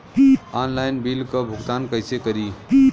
Online bill क भुगतान कईसे करी?